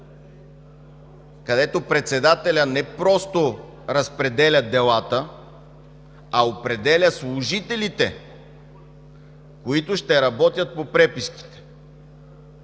където председателят не просто разпределя делата, а определя служителите, които ще работят по преписките?